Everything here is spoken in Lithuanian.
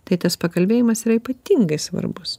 tai tas pakalbėjimas yra ypatingai svarbus